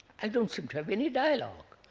i don't seem to have any dialogue.